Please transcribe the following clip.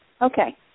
Okay